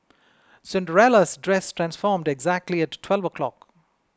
Cinderella's dress transformed exactly at twelve o'clock